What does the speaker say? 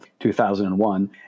2001